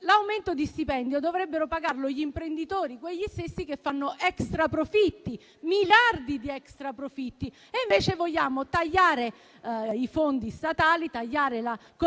l'aumento di stipendio dovrebbero pagarlo quegli stessi imprenditori che fanno miliardi di extra profitti; invece vogliamo tagliare i fondi statali e la contribuzione,